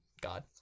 God